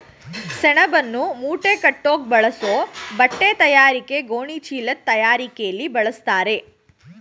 ಸೆಣಬನ್ನು ಮೂಟೆಕಟ್ಟೋಕ್ ಬಳಸೋ ಬಟ್ಟೆತಯಾರಿಕೆ ಗೋಣಿಚೀಲದ್ ತಯಾರಿಕೆಲಿ ಬಳಸ್ತಾರೆ